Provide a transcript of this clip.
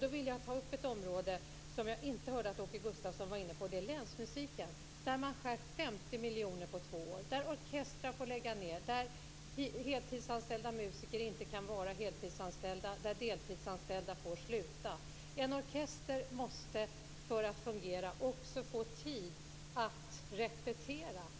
Jag skulle vilja ta upp ett område som jag inte hörde att Åke Gustavsson var inne på, nämligen länsmusiken där man skär ned med 50 miljoner kronor på två år, där orkestrar får lägga ned, där heltidsanställda musiker inte kan vara heltidsanställda och där deltidsanställda får sluta. En orkester måste, för att fungera, också få tid att repetera.